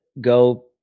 go